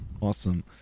Awesome